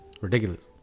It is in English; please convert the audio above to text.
Ridiculous